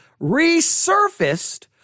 resurfaced